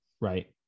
right